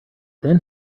then